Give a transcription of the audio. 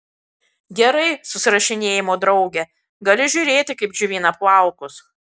gerai susirašinėjimo drauge gali žiūrėti kaip džiovina plaukus